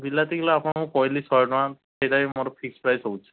ବିଲାତି କିଲୋ ଆପଣଙ୍କୁ କହିଲି ଶହେ ଟଙ୍କା ସେଇଟା ହିଁ ମୋର ଫିକ୍ସ ପ୍ରାଇସ୍ ହେଉଛି